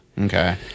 okay